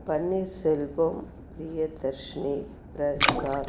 பன்னீர் Selvam Priyadarshini Prasad